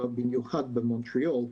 ובמיוחד במונטריאול,